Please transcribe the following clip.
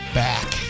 back